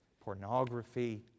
pornography